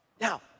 Now